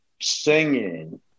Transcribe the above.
singing